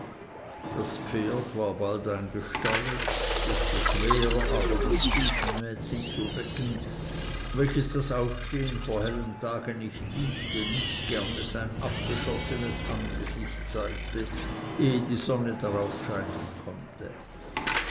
das pferd war bald eingestallet desto schwerer aber das stubenmädchen zu wecken welches das aufstehen vor hellem tage nicht liebte nicht gerne sein abgeschossenes angesicht zeigte ehe die sonne darauf scheinen konnte